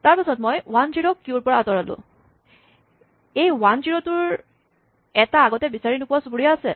তাৰপাচত মই one zero ক কিউৰ পৰা উলিয়ালোঁ এই ৱান জিৰ' টোৰ এটা আগতে বিচাৰি নোপোৱা চুবুৰীয়া আছে